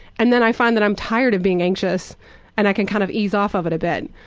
and then i find that i'm tired of being anxious and i can kind of ease off of it a bit.